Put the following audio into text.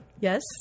Yes